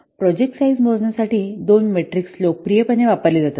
project size मोजण्यासाठी दोन metrics लोकप्रिय पणे वापरली जातात